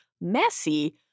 messy